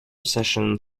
session